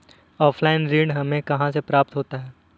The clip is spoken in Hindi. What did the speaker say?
ऑफलाइन ऋण हमें कहां से प्राप्त होता है?